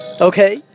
Okay